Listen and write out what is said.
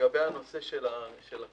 לגבי נושא הכמויות,